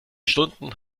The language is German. stunden